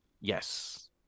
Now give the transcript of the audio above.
Yes